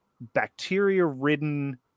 bacteria-ridden